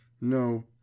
No